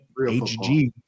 HG